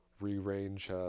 rearrange